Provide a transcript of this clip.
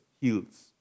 heals